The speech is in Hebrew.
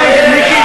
אין לך נימוס,